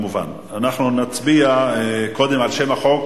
אנחנו נצביע קודם על שם החוק,